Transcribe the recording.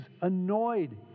annoyed